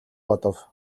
бодов